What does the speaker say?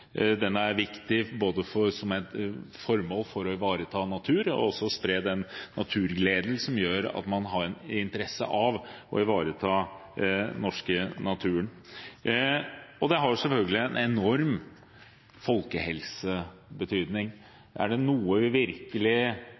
den enkeltes egenopplevelse, det er viktig som et formål for å ivareta natur og også å spre den naturgleden som gjør at man har en interesse av å ivareta den norske naturen, og det har selvfølgelig en enorm folkehelsebetydning. Er det noe vi virkelig